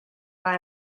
war